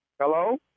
Hello